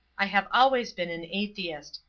i have always been an atheist.